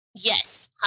Yes